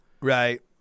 Right